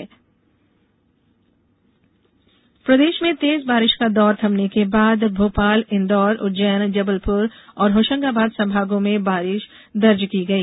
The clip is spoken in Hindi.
मौसम प्रदेश में तेज बारिश का दौर थमने के बाद भोपाल इंदौर उज्जैन जबलपुर और होशंगाबाद संभागों में बारिश दर्ज की गई